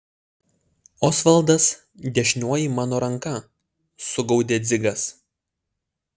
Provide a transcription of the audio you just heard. osvaldas dešinioji mano ranka sugaudė dzigas